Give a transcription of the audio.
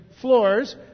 floors